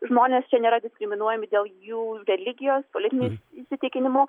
žmonės čia nėra diskriminuojami dėl jų religijos politinių įsitikinimų